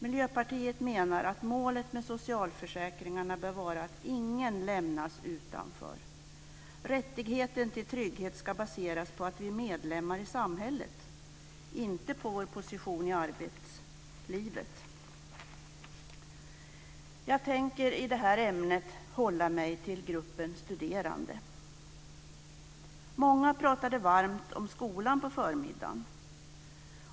Miljöpartiet menar att målet för socialförsäkringarna bör vara att ingen lämnas utanför. Rättigheten till trygghet ska baseras på att vi är medlemmar i samhället, inte på vår position i arbetslivet. Jag tänker i det här ämnet hålla mig till gruppen studerande. Många pratade varmt om skolan på förmiddagen.